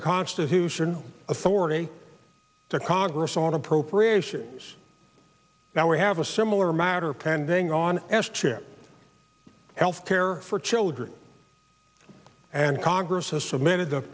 the constitution authority to congress on appropriations that we have a similar matter pending on s chip health care for children and congress has submitted the